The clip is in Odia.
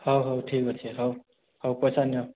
ହଉ ହଉ ଠିକ୍ ଅଛେ ହଉ ହଉ ପଇସା ନିଅ